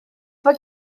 fod